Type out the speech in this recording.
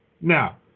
Now